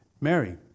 Mary